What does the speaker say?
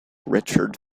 richard